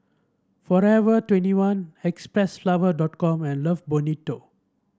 Forever twenty one Xpressflower dot com and Love Bonito